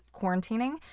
quarantining